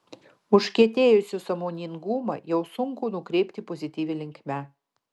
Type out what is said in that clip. užkietėjusių sąmoningumą jau sunku nukreipti pozityvia linkme